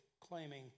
claiming